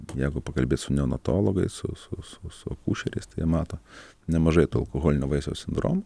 jeigu pakalbėt su neonatologais su su su su akušeriais tai jie mato nemažai to alkoholinio vaisiaus sindromo